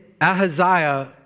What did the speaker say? Ahaziah